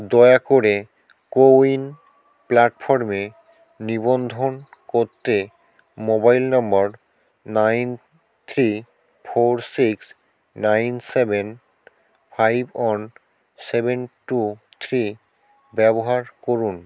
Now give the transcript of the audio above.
দয়া করে কোউইন প্ল্যাটফর্মে নিবন্ধন করতে mobile number nine three four six nine seven five one seven two three ব্যবহার করুন